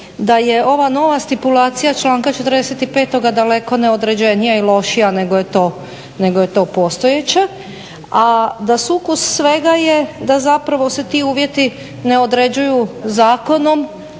Da je ova nova stipulacija članka 45. daleko neodređenija i lošija nego je to postojeća, a da sukus svega je da zapravo se ti uvjeti ne određuju zakonom,